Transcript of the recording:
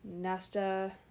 Nesta